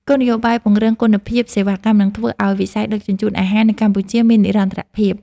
គោលនយោបាយពង្រឹងគុណភាពសេវាកម្មនឹងធ្វើឱ្យវិស័យដឹកជញ្ជូនអាហារនៅកម្ពុជាមាននិរន្តរភាព។